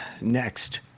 Next